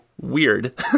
weird